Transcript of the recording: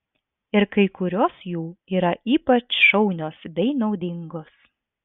ir kai kurios jų yra ypač šaunios bei naudingos